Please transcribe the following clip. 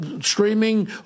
streaming